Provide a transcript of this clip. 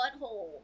butthole